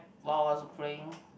while I was playing